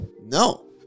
No